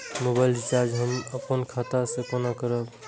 Mobile recharge हम आपन खाता से कोना करबै?